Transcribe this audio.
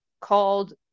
called—